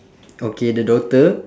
okay the daughter